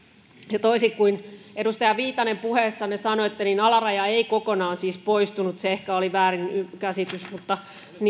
ja toisin kuin edustaja viitanen puheessanne sanoitte alaraja ei kokonaan siis poistunut se ehkä oli väärinkäsitys mutta niin